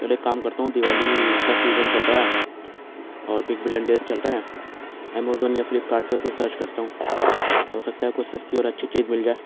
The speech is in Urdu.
چلو ایک کام کرتا ہوں دیوالی کا سیزن چل رہا ہے اور بگ بلن ڈیز چل رہا ہے امازون یا فلپکارٹ پہ کچھ سرچ کرتا ہوں ہو سکتا ہے کچھ سستی اور اچھی چیز مل جائے